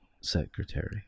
secretary